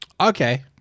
Okay